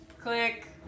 Click